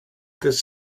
this